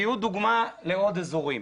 תהיו דוגמה לעוד אזורים.